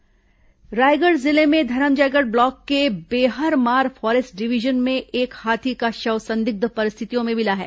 हाथी मौत रायगढ़ जिले में धरमजयगढ़ ब्लॉक के बेहरमार फॉरेस्ट डिवीजन में एक हाथी का शव संदिग्ध परिस्थितियों में मिला है